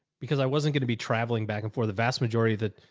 because i wasn't going to be traveling back and forth. the vast majority of that,